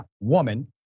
woman